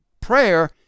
prayer